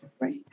Right